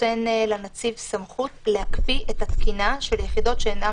נותן לנציב סמכות להקפיא את התקינה של יחידות שאינן